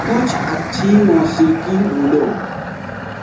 کچھ اچھی موسیقی ڈھونڈو